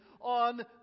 on